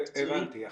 הבנתי.